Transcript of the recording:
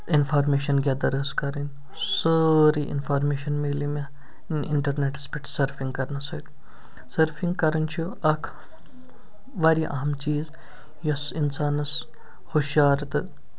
information گٮ۪در ٲسۍ کرٕنۍ سٲرٕے اِنفارمٮ۪شَن مِلے مےٚ اِنٹرنٮ۪ٹَس پٮ۪ٹھ سٔرفِنگ کرنہٕ سۭتۍ سٔرفِنگ کَرٕنۍ چھِ اکھ واریاہ اَہم چیٖز یۄس اِنسانَس ہوشیار تہٕ